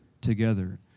together